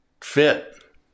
fit